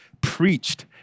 preached